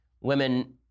Women